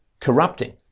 corrupting